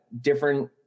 different